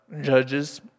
Judges